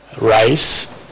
rice